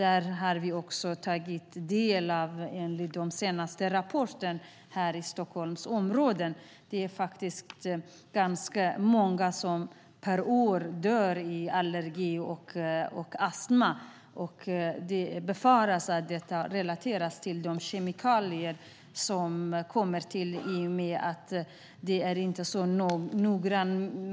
Vi har också tagit del av de senaste rapporterna för Stockholmsområdet om att ganska många per år dör i allergi och astma. Det befaras att detta relateras till de kemikalier som kom till i och med att man inte var så noga.